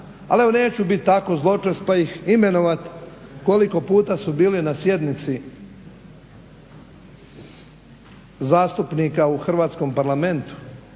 ali neću biti tako zločest pa ih imenovati, koliko puta su bili na sjednici zastupnika u Hrvatskom parlamentu,